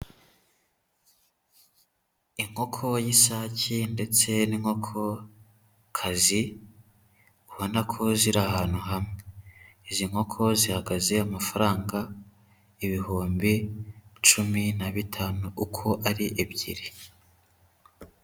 Inkoko y'isake ndetse n'inkoko kazi, ubona ko ziri ahantu hamwe. Izi nkoko zihagaze amafaranga, ibihumbi cumi na bitanu uko ari ebyiri.